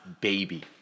baby